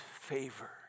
favor